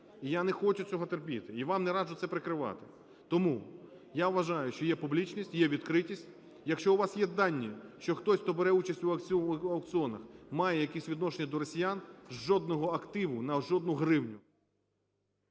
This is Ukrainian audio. І я не хочу цього терпіти. І вам не раджу це прикривати. Тому я вважаю, що є публічність, є відкритість. Якщо у вас є дані, що хтось, хто бере участь у аукціонах, має якесь відношення до росіян – жодного активу на жодну гривню…